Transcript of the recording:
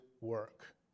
work